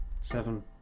seven